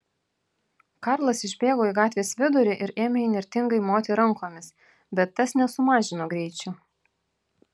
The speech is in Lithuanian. karlas išbėgo į gatvės vidurį ir ėmė įnirtingai moti rankomis bet tas nesumažino greičio